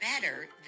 better